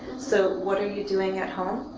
so what are you doing at home?